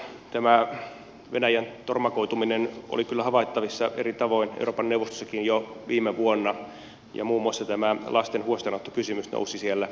tämä venäjän tormakoituminen oli kyllä havaittavissa eri tavoin euroopan neuvostossakin jo viime vuonna ja muun muassa tämä lasten huostaanottokysymys nousi siellä esille